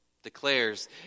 declares